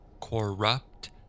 corrupt